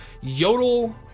Yodel